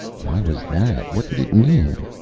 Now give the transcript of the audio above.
why was that? what did it mean?